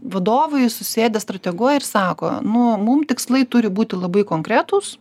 vadovai susėdę strateguoja ir sako nu mum tikslai turi būti labai konkretūs